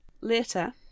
Later